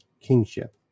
kingship